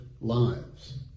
lives